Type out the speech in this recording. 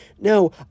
No